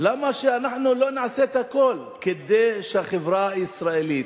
למה שאנחנו לא נעשה את הכול כדי שהחברה הישראלית,